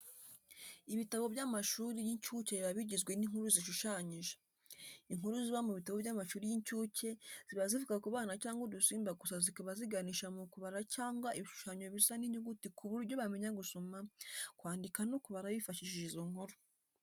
Ibitabo by'amashuri y'incuke biba bigizwe n'inkuru zishushanyije. Inkuru ziba mu bitabo by'amashuri y'incuke ziba zivuga ku bana cyangwa udusimba gusa zikaba ziganisha mu kubara cyangwa ibishushanyo bisa n'inyuguti ku buryo bamenya gusoma, kwandika no kubara bifashishije izo nkuru.